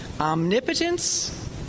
omnipotence